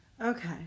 Okay